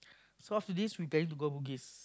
so after this we planning to go bugis